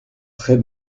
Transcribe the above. très